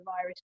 virus